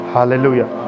Hallelujah